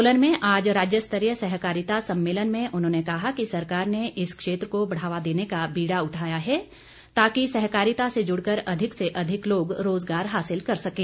सोलन में आज राज्य स्तरीय सहकारिता सम्मेलन में उन्होंने कहा कि सरकार ने इस क्षेत्र को बढ़ावा देने का बीड़ा उठाया है ताकि सहकारिता से जुड़ कर अधिक से अधिक लोग रोजगार हासिल कर सकें